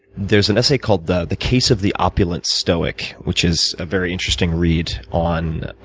there's an essay called the the case of the opulent stoic, which is a very interesting read on